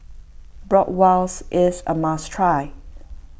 Bratwurst is a must try